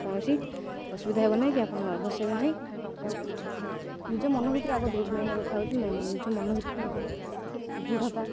କୌଣସି ଅସୁବିଧା ହେବ ନାହିଁ କି ଆପଣ ନର୍ଭସ ହେବେ ନାହିଁ ଯାହାକୁ ନିଜ ମନ ଭିତରେ ଆଗ ମେନ କଥା ହେଉଛି ନିଜ ମନ ଭିତରେ ନିଜର ଦୃଢ଼ତା